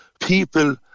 People